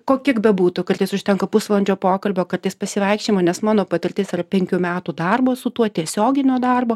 ko kiek bebūtų kartais užtenka pusvalandžio pokalbio kartais pasivaikščiojimo nes mano patirtis yra penkių metų darbo su tuo tiesioginio darbo